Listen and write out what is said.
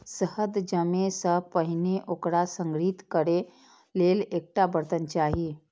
शहद जमै सं पहिने ओकरा संग्रहीत करै लेल एकटा बर्तन चाही